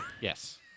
Yes